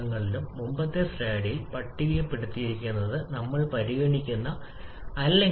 ഈ സമയത്ത് നോക്കൂ കംപ്രഷൻ പ്രക്രിയ സാധാരണയായി താപനില വളരെ കുറവാണ്